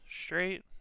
straight